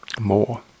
more